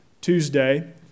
Tuesday